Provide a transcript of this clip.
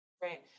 great